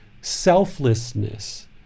selflessness